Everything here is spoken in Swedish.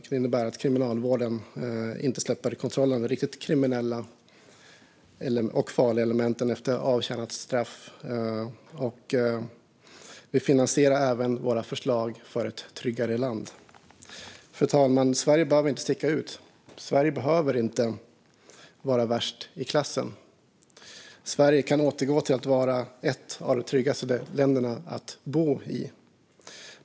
Det innebär att kriminalvården inte släpper kontrollen över riktigt kriminella och farliga element efter avtjänat straff. Vi finansierar även våra förslag för ett tryggare land. Fru talman! Sverige behöver inte sticka ut. Sverige behöver inte vara värst i klassen. Sverige kan återgå till att vara ett av de tryggaste länderna att bo i.